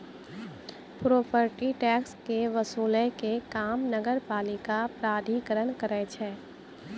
property tax के वसूलै के काम नगरपालिका प्राधिकरण करै छै